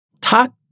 Talk